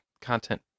content